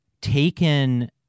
taken